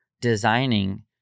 designing